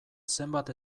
zenbat